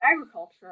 agriculture